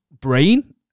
brain